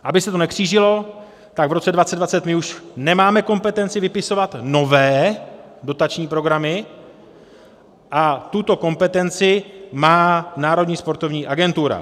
Aby se to nekřížilo, tak v roce 2020 my už nemáme kompetenci vypisovat nové dotační programy a tuto kompetenci má Národní sportovní agentura.